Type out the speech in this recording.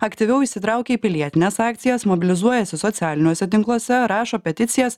aktyviau įsitraukia į pilietines akcijas mobilizuojasi socialiniuose tinkluose rašo peticijas